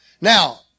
Now